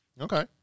Okay